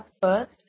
first